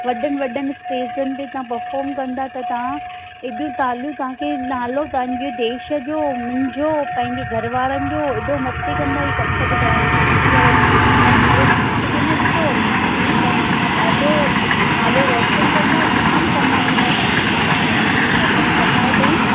वॾनि वॾनि स्टेजनि ते तव्हां परफॉर्म कंदा त तव्हां एॾियूं तालियूं तव्हांखे नालो तव्हांजो देश जो मुंहिजो पंहिंजे घर वारनि जो एॾो मथे कंदा हे कथक डांस सिखी करे न हीअंर फीस जी न ॾिसो अॻियां हली तव्हां हिन मां ॾाढो नालो रोशन कंदा जाम कमाईंदा तव्हां हिन मां जीअं अंजलि मैडम कमाए पई न